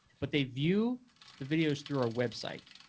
but they view the videos through our website.